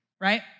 right